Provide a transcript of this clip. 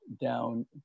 down